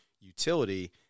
utility